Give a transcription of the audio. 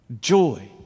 joy